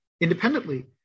independently